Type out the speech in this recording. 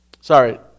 sorry